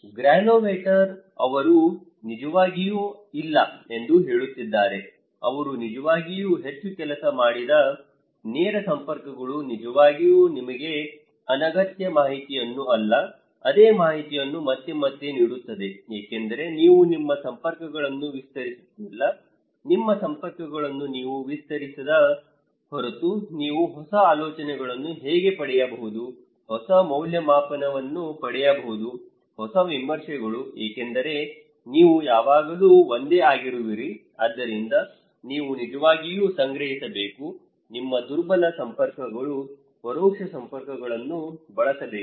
Granovetter ಅವರು ನಿಜವಾಗಿ ಇಲ್ಲ ಎಂದು ಹೇಳುತ್ತಿದ್ದಾರೆ ಅವರು ನಿಜವಾಗಿಯೂ ಹೆಚ್ಚು ಕೆಲಸ ಮಾಡದ ನೇರ ಸಂಪರ್ಕಗಳು ನಿಜವಾಗಿ ನಿಮಗೆ ಅನಗತ್ಯ ಮಾಹಿತಿಯನ್ನು ಅಲ್ಲ ಅದೇ ಮಾಹಿತಿಯನ್ನು ಮತ್ತೆ ಮತ್ತೆ ನೀಡುತ್ತದೆ ಏಕೆಂದರೆ ನೀವು ನಿಮ್ಮ ಸಂಪರ್ಕಗಳನ್ನು ವಿಸ್ತರಿಸುತ್ತಿಲ್ಲ ನಿಮ್ಮ ಸಂಪರ್ಕಗಳನ್ನು ನೀವು ವಿಸ್ತರಿಸದ ಹೊರತು ನೀವು ಹೊಸ ಆಲೋಚನೆಗಳನ್ನು ಹೇಗೆ ಪಡೆಯಬಹುದು ಹೊಸ ಮೌಲ್ಯಮಾಪನವನ್ನು ಪಡೆಯಬಹುದು ಹೊಸ ವಿಮರ್ಶೆಗಳು ಏಕೆಂದರೆ ನೀವು ಯಾವಾಗಲೂ ಒಂದೇ ಆಗಿರುವಿರಿ ಆದ್ದರಿಂದ ನೀವು ನಿಜವಾಗಿಯೂ ಸಂಗ್ರಹಿಸಬೇಕು ನಿಮ್ಮ ದುರ್ಬಲ ಸಂಪರ್ಕಗಳು ಪರೋಕ್ಷ ಸಂಪರ್ಕಗಳನ್ನು ಬಳಸಬೇಕು